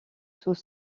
sous